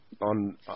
on